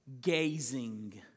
gazing